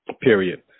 period